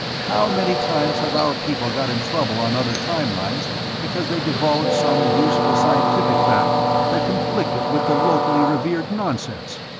how many times have our people got in trouble on other time-lines because they divulged some useful scientific fact that conflicted with the locally revered nonsense?